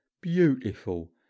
beautiful